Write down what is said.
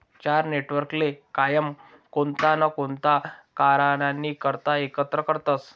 चार नेटवर्कले कायम कोणता ना कोणता कारणनी करता एकत्र करतसं